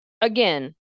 again